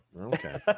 Okay